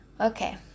Okay